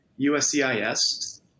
USCIS